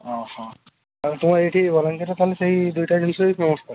ହଁ ହଁ ଆଉ ତୁମର ଏଇଠି ବଲାଙ୍ଗୀରର ତା'ହେଲେ ସେଇ ଦୁଇଟା ଜିନିଷ ହିଁ ଫେମସ୍ ତା'ହେଲେ